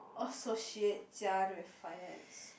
associate Jia-En with finance